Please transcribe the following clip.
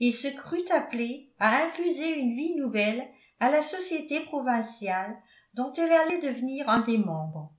et se crut appelée à infuser une vie nouvelle à la société provinciale dont elle allait devenir un des membres